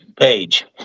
page